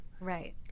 Right